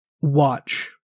watch